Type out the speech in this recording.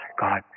God